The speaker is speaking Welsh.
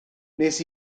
nes